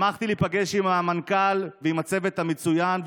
שמחתי להיפגש עם המנכ"ל ועם הצוות המצוין,